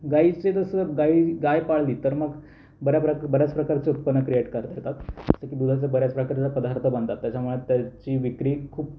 गायीचे जसं गाई गाय पाळली तर मग बऱ्या बऱ्याच बऱ्याच प्रकारचं उत्पन्न क्रिएट करता येतात तसे दुधाचे बऱ्याच प्रकारचे पदार्थ बनतात त्याच्यामुळे त्याची विक्री खूप